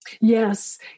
Yes